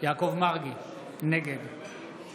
יעקב מרגי, נגד